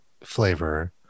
flavor